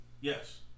Yes